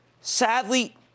Sadly